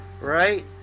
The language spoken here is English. right